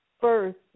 first